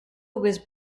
was